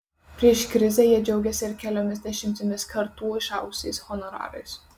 prieš krizę jie džiaugėsi ir keliomis dešimtimis kartų išaugusiais honorarais